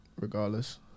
regardless